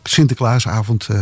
Sinterklaasavond